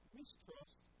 mistrust